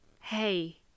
hey